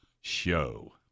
show